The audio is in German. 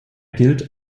gilt